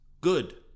Good